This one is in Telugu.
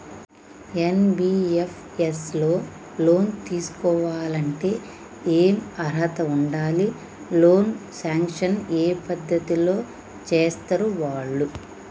ఎన్.బి.ఎఫ్.ఎస్ లో లోన్ తీస్కోవాలంటే ఏం అర్హత ఉండాలి? లోన్ సాంక్షన్ ఏ పద్ధతి లో చేస్తరు వాళ్లు?